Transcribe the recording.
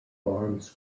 arms